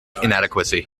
inadequacy